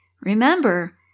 Remember